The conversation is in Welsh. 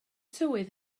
tywydd